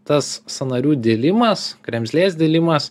tas sąnarių dilimas kremzlės dilimas